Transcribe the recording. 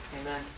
Amen